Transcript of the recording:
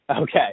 Okay